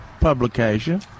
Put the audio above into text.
publication